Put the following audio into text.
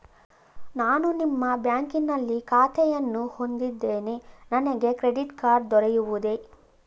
ನಾನು ನಿಮ್ಮ ಬ್ಯಾಂಕಿನಲ್ಲಿ ಖಾತೆಯನ್ನು ಹೊಂದಿದ್ದೇನೆ ನನಗೆ ಕ್ರೆಡಿಟ್ ಕಾರ್ಡ್ ದೊರೆಯುವುದೇ?